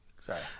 Sorry